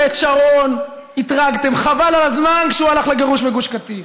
הרי את שרון אתרגתם חבל על הזמן כשהוא הלך לגירוש מגוש קטיף,